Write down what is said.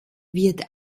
wird